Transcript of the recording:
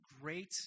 great